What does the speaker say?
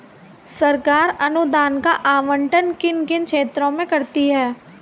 सरकार अनुदान का आवंटन किन किन क्षेत्रों में करती है?